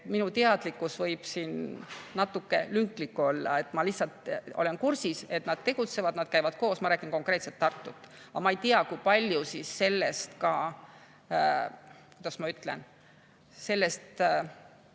Minu teadlikkus võib siin natuke lünklik olla. Ma lihtsalt olen kursis, et nad tegutsevad, nad käivad koos, ma räägin konkreetselt Tartu [kohta], aga ma ei tea, kui palju sellest ka, kuidas ma ütlen ...